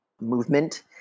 movement